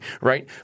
right